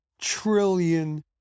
trillion